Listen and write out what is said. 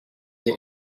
they